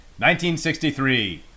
1963